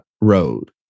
road